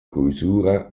chiusura